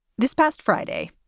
this past friday,